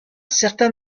certains